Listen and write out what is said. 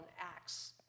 Acts